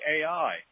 AI